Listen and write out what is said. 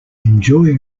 enjoy